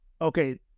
okay